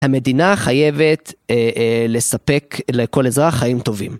המדינה חייבת לספק לכל אזרח חיים טובים.